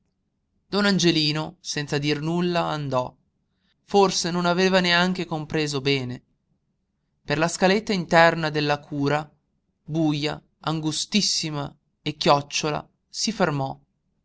don angelino senza dir nulla andò forse non aveva neanche compreso bene per la scaletta interna della cura buja angustissima a chiocciola si fermò